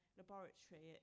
laboratory